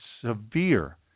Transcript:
severe